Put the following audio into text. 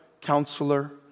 counselor